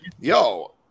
yo